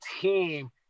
team